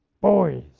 Boys